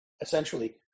essentially